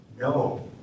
no